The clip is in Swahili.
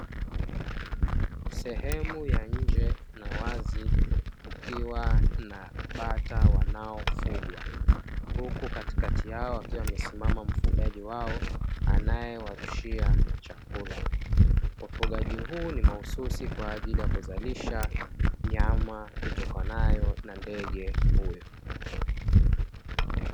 Sehemu ya nje na wazi, kukiwa na bata wanaofugwa, huku katikati yao akiwa amesimama mfugaji wao anayewarushia chakula. Ufugaji huu ni mahususi kwa ajili ya kuzalisha nyama itokanayo na ndege huyo.